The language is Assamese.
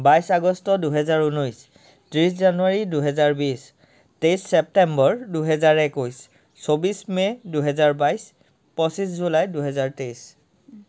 বাইছ আগষ্ট দুহেজাৰ ঊনৈছ ত্ৰিছ জানুৱাৰী দুহেজাৰ বিছ তেইছ চেপ্তেম্বৰ দুহেজাৰ একৈছ চৌবিছ মে দুহেজাৰ বাইছ পঁচিছ জুলাই দুহেজাৰ তেইছ